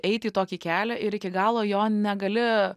eit į tokį kelią ir iki galo jo negali